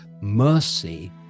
mercy